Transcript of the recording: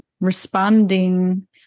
responding